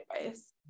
advice